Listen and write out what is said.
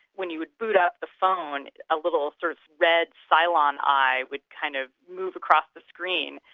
when you would boot up the phone, a little sort of red cylon eye would kind of move across the screen.